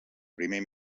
primer